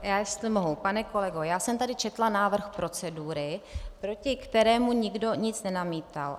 Já jestli mohu, pane kolego, já jsem tady četla návrh procedury, proti kterému nikdo nic nenamítal.